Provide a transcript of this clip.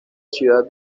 ciudad